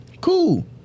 Cool